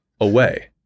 away